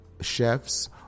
chefs